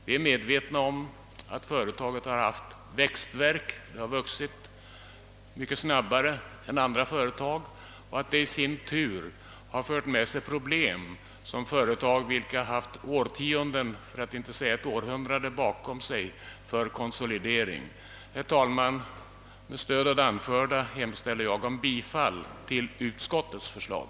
Vi är medvetna om att företaget har haft växtvärk — det har vuxit mycket snabbare än andra företag — och att detta i sin tur fört med sig problem, där andra företag haft årtionden, för att inte säga ett århundrade, bakom sig för konsolidering. Herr talman! Med stöd av det anförda hemställer jag om bifall till utskottets förslag.